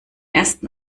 ersten